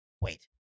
Wait